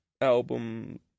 album